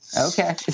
Okay